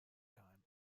time